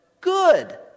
good